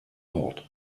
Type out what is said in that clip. ort